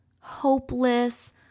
hopeless